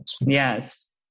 Yes